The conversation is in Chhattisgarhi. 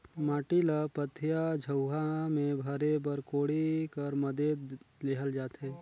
माटी ल पथिया, झउहा मे भरे बर कोड़ी कर मदेत लेहल जाथे